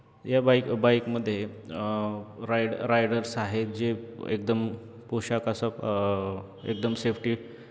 या बाईक बाईकमध्ये ride riders आहेत जे एकदम पोशाख असं एकदम सेफ्टी